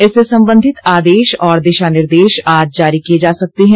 इससे संबधित आदेश और दिशा निर्देश आज जारी किए जा सकते हैं